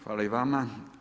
Hvala i vama.